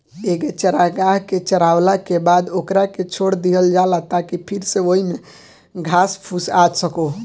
एके चारागाह के चारावला के बाद ओकरा के छोड़ दीहल जाला ताकि फिर से ओइमे घास फूस आ सको